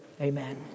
Amen